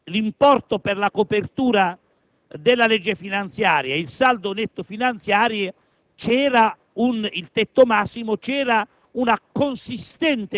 Va detto che tra l'importo per la copertura della legge finanziaria e il tetto massimo